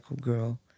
girl